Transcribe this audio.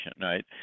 right